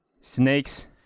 Snakes